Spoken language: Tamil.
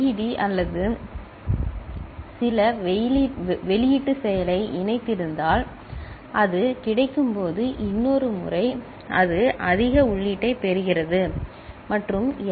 டி அல்லது சில வெளியீட்டு செயலை இணைத்திருந்தால் அது கிடைக்கும் போது இன்னொரு முறை அது அதிக உள்ளீட்டைப் பெறுகிறது மற்றும் எல்